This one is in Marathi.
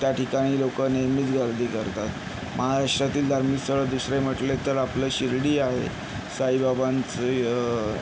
त्याठिकाणी लोकं नेहमीच गर्दी करतात महाराष्ट्रातील धार्मिक स्थळं दुसरे म्हटले तर आपले शिर्डी आहे साईबाबांचं